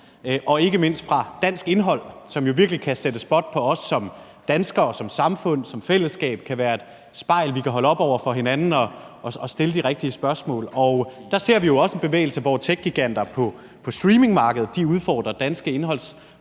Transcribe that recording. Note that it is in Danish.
og ikke mindst fra dansk indhold, som virkelig kan sætte spot på os som danskere og som samfund og som fællesskab. Det kan være et spejl, vi kan holde op for hinanden, så vi kan stille de rigtige spørgsmål. Der ser vi jo også en bevægelse, hvor techgiganter på streamingmarkedet udfordrer danske indholdsproducenter